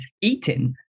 eating